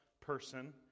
person